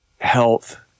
health